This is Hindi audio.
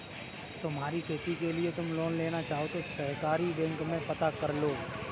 तुम्हारी खेती के लिए तुम लोन लेना चाहो तो सहकारी बैंक में पता करलो